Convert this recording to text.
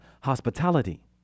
hospitality